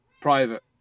private